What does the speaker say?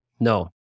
No